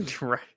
Right